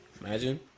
Imagine